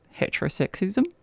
heterosexism